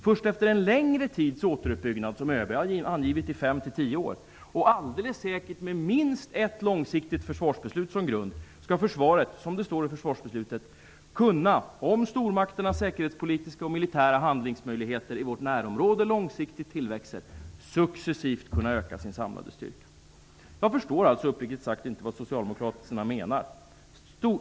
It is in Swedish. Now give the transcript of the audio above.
Först efter en längre tid av återuppbyggnad, som ÖB har angivit till fem tio år, och alldeles säkert med minst ett långsiktigt försvarsbeslut som grund, skall försvaret -- som det står i försvarsbeslutet -- om stormakternas säkerhetspolitiska och militära handlingsmöjligheter i vårt närområde långsiktigt tillväxer, successivt kunna öka sin samlade styrka. Uppriktigt sagt förstår jag inte vad Socialdemokraterna menar.